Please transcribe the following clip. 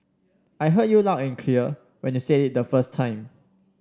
I heard you loud and clear when you said it the first time